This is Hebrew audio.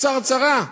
קצרצרה,